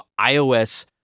iOS